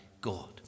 God